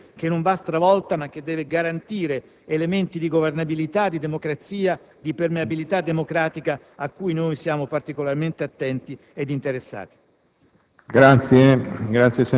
nella ricerca di una Costituzione che non va stravolta, ma che deve garantire elementi di governabilità, di democrazia, di permeabilità democratica a cui noi siamo particolarmente attenti ed interessati.